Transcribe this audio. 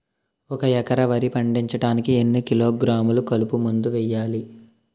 ఒక ఎకర వరి పండించటానికి ఎన్ని కిలోగ్రాములు కలుపు మందు వేయాలి?